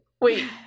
wait